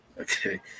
Okay